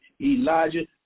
Elijah